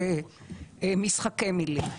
אלה משחקי מילים.